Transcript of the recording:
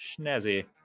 schnazzy